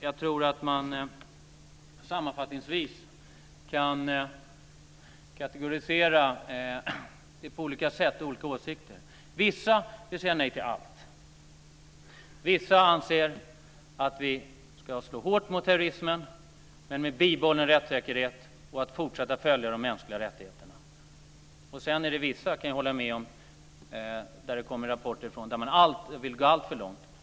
Jag tror att man sammanfattningsvis kan kategorisera olika åsikter på olika sätt. Vissa vill säga nej till allt. Vissa anser att vi ska slå hårt mot terrorismen, men med bibehållen rättssäkerhet och genom att fortsätta att följa de mänskliga rättigheterna. Sedan kan jag hålla med om att det finns rapporter om att vissa vill gå alltför långt.